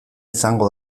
izango